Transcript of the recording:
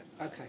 Okay